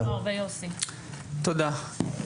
תודה.